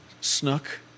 Snook